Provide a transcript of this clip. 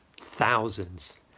thousands